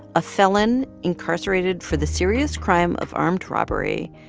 a felon incarcerated for the serious crime of armed robbery.